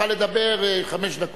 תוכל לדבר חמש דקות.